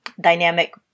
dynamic